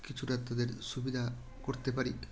কিছুটা তাদের সুবিধা করতে পারি